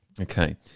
Okay